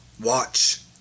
watch